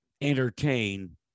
entertain